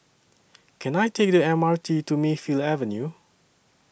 Can I Take The M R T to Mayfield Avenue